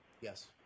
yes